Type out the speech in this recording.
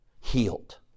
healed